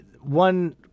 one